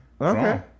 Okay